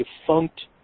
defunct